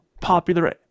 popular